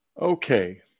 Okay